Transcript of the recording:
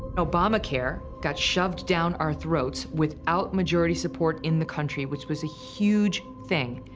obamacare got shoved down our throats without majority support in the country, which was a huge thing.